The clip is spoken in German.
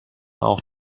auch